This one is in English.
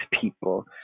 people